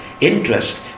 interest